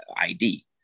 id